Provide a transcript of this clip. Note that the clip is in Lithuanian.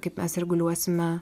kaip mes reguliuosime